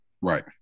Right